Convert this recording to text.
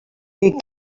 you